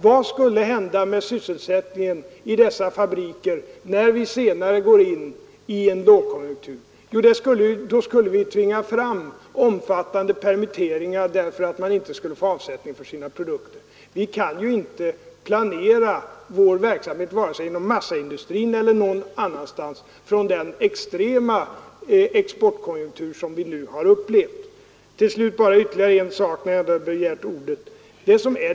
Vad skulle hända med sysselsättningen i dessa fabriker när vi senare går in i en lågkonjunktur? Jo, då skulle omfattande permitteringar tvingas fram därför att man inte skulle få avsättning för sina produkter. Vi kan inte planera vår verksamhet, vare sig inom massaindustrin eller någon annanstans, utifrån den extrema exportkonjunktur som vi nu har upplevt. Till slut bara ytterligare en sak, eftersom jag har ordet.